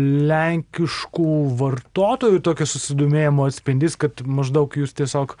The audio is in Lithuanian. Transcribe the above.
lenkiškų vartotojų tokio susidomėjimo atspindys kad maždaug jūs tiesiog